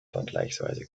vergleichsweise